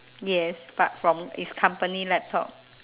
yes but from is company laptop